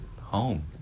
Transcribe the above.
home